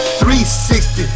360